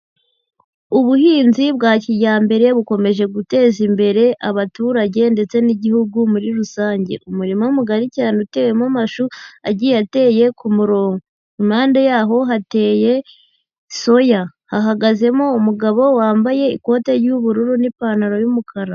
Ubuhinzi bwa kijyambere bukomeje guteza imbere abaturage ndetse n'igihugu muri rusange, umurima mugari cyane utewemo amashu agiye ateye ku murongo, impande yaho hateye soya, hahagazemo umugabo wambaye ikote ry'ubururu n'ipantaro y'umukara.